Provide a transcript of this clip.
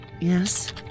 Yes